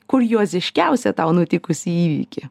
kurioziškiausią tau nutikusį įvykį